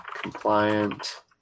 compliant